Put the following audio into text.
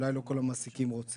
אולי לא כל המעסיקים רוצים,